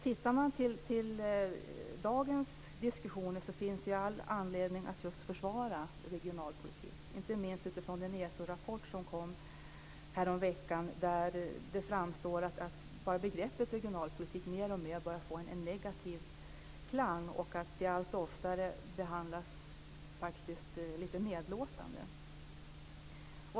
Tittar man på dagens diskussioner ser man att det finns all anledning att just försvara regionalpolitik - inte minst utifrån den ESO-rapport som kom häromveckan, där det framstår som om begreppet regionalpolitik mer och mer börjar få en negativ klang. Det behandlas faktiskt allt oftare lite nedlåtande.